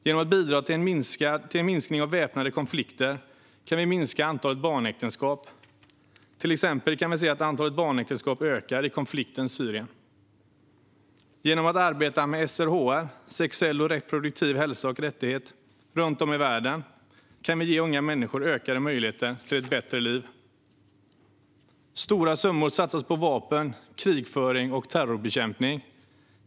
Genom att bidra till en minskning av väpnade konflikter kan vi minska antalet barnäktenskap. Till exempel kan vi se att antalet barnäktenskap ökar i konfliktens Syrien. Genom att arbeta med SRHR, sexuell och reproduktiv hälsa och rättigheter, runt om i världen kan vi ge unga människor ökade möjligheter till ett bättre liv. Stora summor satsas på vapen, krigföring och terrorbekämpning.